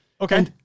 Okay